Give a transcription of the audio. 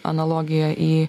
analogiją į